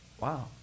Wow